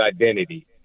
identity